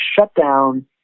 shutdown